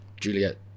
Juliet